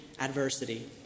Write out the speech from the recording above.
adversity